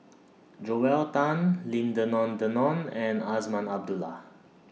Joel Tan Lim Denan Denon and Azman Abdullah